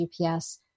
GPS